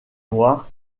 noir